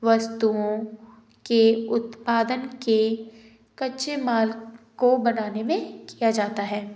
वस्तुओं के उत्पादन के कच्चे माल को बनाने में किया जाता है